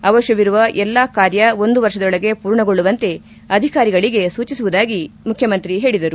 ಅವಶ್ವವಿರುವ ಎಲ್ಲಾ ಕಾರ್ಯ ಒಂದು ವರ್ಷದೊಳಗೆ ಪೂರ್ಣಗೊಳ್ಳುವಂತೆ ಅಧಿಕಾರಿಗಳಿಗೆ ಸೂಚಿಸುವುದಾಗಿ ಹೇಳದರು